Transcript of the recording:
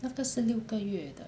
那个是六个月的